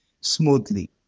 smoothly